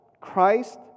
Christ